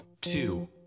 two